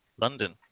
London